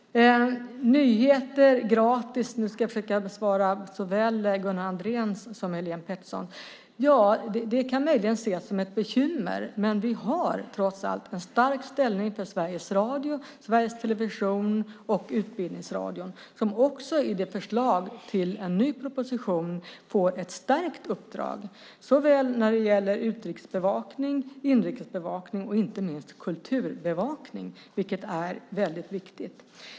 Jag ska försöka besvara såväl Gunnar Andréns som Helene Peterssons fråga om gratis nyheter. Det kan möjligen ses som ett bekymmer, men vi har trots allt en stark ställning för Sveriges Radio, Sveriges Television och Utbildningsradion, som också i förslaget till en ny proposition får ett stärkt uppdrag när det gäller såväl utrikesbevakning, inrikesbevakning som inte minst kulturbevakning. Det är viktigt.